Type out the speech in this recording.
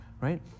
right